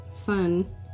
fun